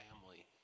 family